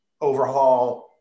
overhaul